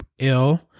ill